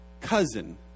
cousin